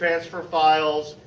transfer files,